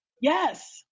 Yes